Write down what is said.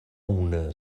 una